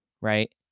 right